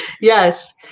Yes